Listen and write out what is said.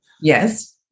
Yes